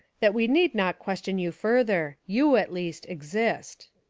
that we need not question you further. you, at least, exist.